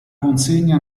consegna